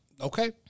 okay